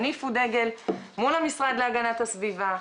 הניפו דגל מול המשרד להגנת הסביבה,